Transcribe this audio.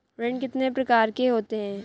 ऋण कितने प्रकार के होते हैं?